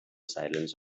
silence